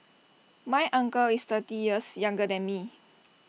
my uncle is thirty years younger than me